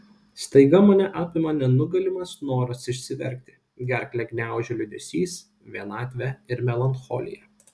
staiga mane apima nenugalimas noras išsiverkti gerklę gniaužia liūdesys vienatvė ir melancholija